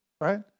right